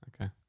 Okay